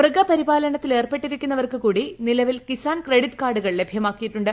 മൃഗപരിപാലനത്തിലേർപ്പെട്ടിരിക്കുന്നവർക്കു കൂടി കിസാൻ ക്രെഡിറ്റ് കാർഡുകൾ ലഭ്യമാക്കിയിട്ടുണ്ട്